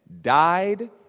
died